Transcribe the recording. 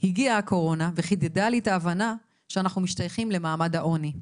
הגיעה הקורונה וחידדה לי את ההבנה שאנחנו משתייכים למעמד העוני.